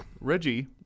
Reggie